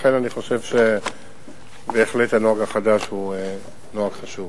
לכן אני חושב שבהחלט הנוהג החדש הוא נוהג חשוב.